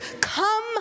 come